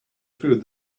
food